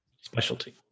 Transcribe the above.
Specialty